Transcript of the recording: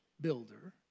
builder